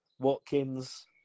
Watkins